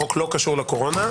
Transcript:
החוק לא קשור לקורונה.